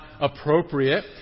appropriate